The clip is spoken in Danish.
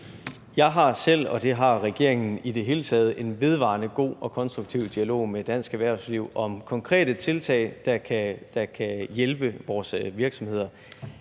Jeg har selv, og det har regeringen i det hele taget, en vedvarende god og konstruktiv dialog med dansk erhvervsliv om konkrete tiltag, der kan hjælpe vores virksomheder.